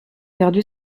perdue